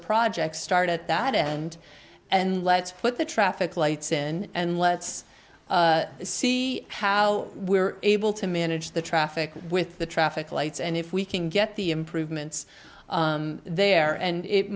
project start at that end and let's put the traffic lights in and let's see how we're able to manage the traffic with the traffic lights and if we can get the improvements there and it